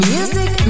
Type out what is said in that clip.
Music